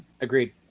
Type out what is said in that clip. Agreed